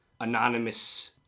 anonymous